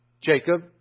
Jacob